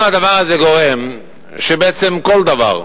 לנו הדבר הזה גורם שבעצם כל דבר,